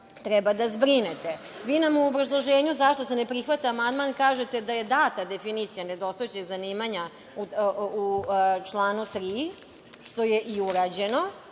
treba da zbrinete. Vi nam u obrazloženju zašto se ne prihvata amandman kažete da je data definicija nedostajućeg zanimanja u članu 3, što je i urađeno,